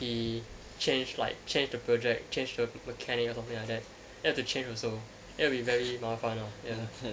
he changed like changed the project changed the mechanic something like that then we had to change also then that will be very 麻烦 uh